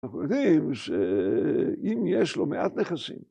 ‫אנחנו יודעים שאם יש לו מעט נכסים.